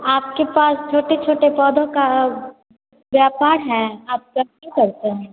आपके पास छोटे छोटे पौधों का व्यापार है आप कैसे करते हैं